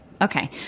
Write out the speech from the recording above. Okay